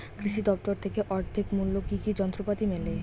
কৃষি দফতর থেকে অর্ধেক মূল্য কি কি যন্ত্রপাতি মেলে?